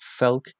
Felk